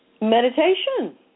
Meditation